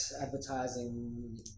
advertising